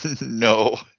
No